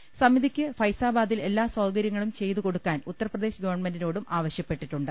്സമിതിക്കി ഫൈസാബാദിൽ എല്ലാ സൌകര്യങ്ങളും ചെയ്തു കൊടുക്കാൻ ഉത്തർ പ്രദേശ് ഗവൺമെന്റിനോടും ആവ ശ്യപ്പെട്ടിട്ടുണ്ട്